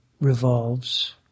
revolves